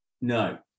No